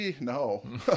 No